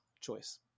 choice